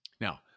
Now